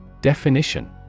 Definition